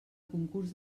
concurs